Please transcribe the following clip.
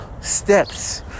steps